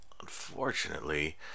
unfortunately